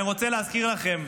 אני רוצה להזכיר לכם,